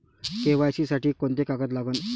KYC साठी कोंते कागद लागन?